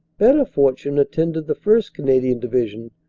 better fortune attended the first. canadian division,